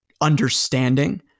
understanding